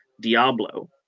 Diablo